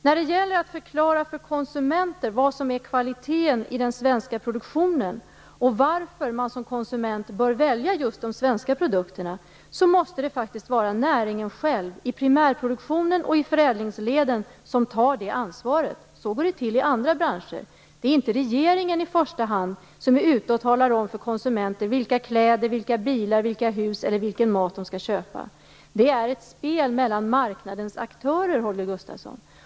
När det gäller att förklara för konsumenter vad som är kvaliteten i den svenska produktionen och varför man som konsument bör välja just de svenska produkterna måste det faktiskt vara näringen själv, i primärproduktionen och i förädlingsleden, som tar det ansvaret. Så går det till i andra branscher. Det är inte regeringen i första hand som är ute och talar om för konsumenter vilka kläder, vilka bilar, vilka hus och vilken mat de skall köpa. Det är ett spel mellan marknadens aktörer, Holger Gustafsson.